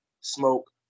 Smoke